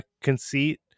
conceit